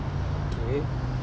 okay